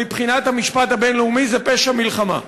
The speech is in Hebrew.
מבחינת המשפט הבין-לאומי זה פשע מלחמה.